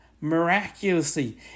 miraculously